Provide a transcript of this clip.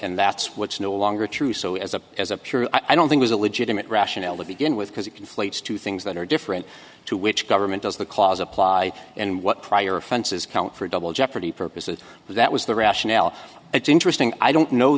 and that's what's no longer true so as a as a pure i don't think is a legitimate rationale to begin with because it conflates two things that are different to which government does the clause apply and what prior offenses count for double jeopardy purposes because that was the rationale it's interesting i don't know